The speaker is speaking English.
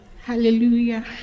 Hallelujah